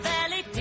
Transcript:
Valley